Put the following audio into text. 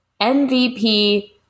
mvp